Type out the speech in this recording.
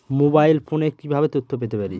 Mobile ফোনে কিভাবে তথ্য পেতে পারি?